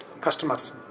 customers